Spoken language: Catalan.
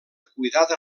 cuidada